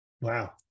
Wow